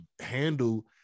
handle